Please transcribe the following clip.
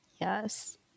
Yes